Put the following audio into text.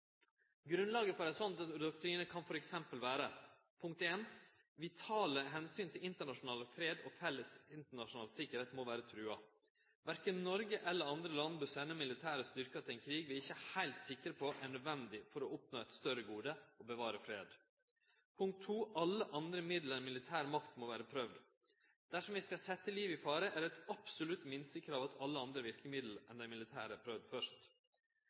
Grunnlaget for ein slik doktrine kan f.eks. vere: Vitale omsyn til internasjonal fred og felles internasjonal tryggleik må vere truga. Korkje Noreg eller andre land bør sende militære styrkar til ein krig som vi ikkje er heilt sikre på er nødvendig, for å oppnå eit større gode, å bevare fred. Alle andre middel enn militær makt må vere prøvde. Dersom vi skal setje liv i fare, er det eit absolutt minstekrav at alle andre verkemiddel enn dei militære er prøvde først.